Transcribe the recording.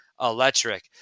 electric